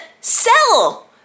sell